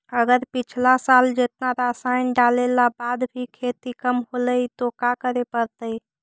अगर पिछला साल जेतना रासायन डालेला बाद भी खेती कम होलइ तो का करे पड़तई?